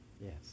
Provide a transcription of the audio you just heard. Yes